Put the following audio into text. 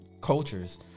cultures